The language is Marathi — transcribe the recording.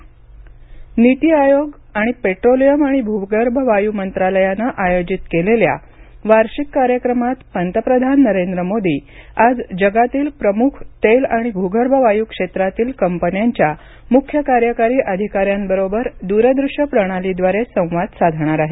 मोदी तेल कंपन्या नीती आयोग आणि पेट्रोलियम आणि भुगर्भ वायू मंत्रालयानं आयोजित केलेल्या वार्षिक कार्यक्रमात पंतप्रधान नरेंद्र मोदी आज जगातील प्रमुख तेल आणि भुगर्भ वायू क्षेत्रातील कंपन्यांच्या मुख्य कार्यकारी अधिकाऱ्यांबरोबर दूर दृश्य प्रणालीद्वारे संवाद साधणार आहेत